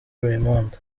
raymond